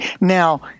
now